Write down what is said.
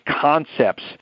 concepts